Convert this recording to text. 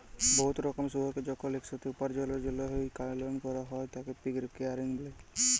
বহুত রকমের শুয়রকে যখল ইকসাথে উপার্জলের জ্যলহে পালল ক্যরা হ্যয় তাকে পিগ রেয়ারিং ব্যলে